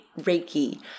Reiki